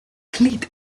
cleat